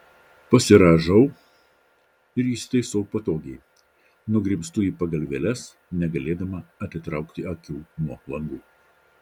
pasirąžau ir įsitaisau patogiai nugrimztu į pagalvėles negalėdama atitraukti akių nuo langų